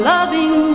Loving